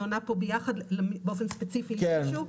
באופן ספציפי למישהו,